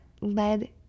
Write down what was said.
led